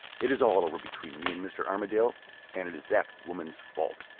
it is all over between me and mr. armadale and it is that woman's fault.